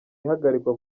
ihagarikwa